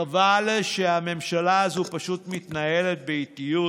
חבל שהממשלה הזאת פשוט מתנהלת באיטיות